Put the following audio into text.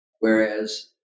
Whereas